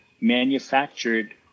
manufactured